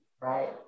right